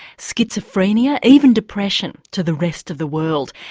schizophrenia, even depression to the rest of the world.